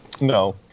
no